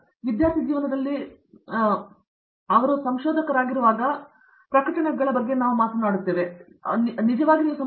ಕನಿಷ್ಠ ತಮ್ಮ ವಿದ್ಯಾರ್ಥಿ ಜೀವನದಲ್ಲಿ ಒಂದು ಸಂಶೋಧನಾ ವಿದ್ವಾಂಸರಾಗಿ MS ಅಥವಾ PhD ವಿದ್ಯಾರ್ಥಿಯಾಗಿ ಮತ್ತು ನಂತರ ಅವರ ಆರಂಭಿಕ ವಾಹಕವಾಗಿರಬಹುದು